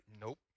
Nope